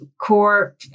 core